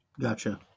Gotcha